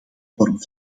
vorm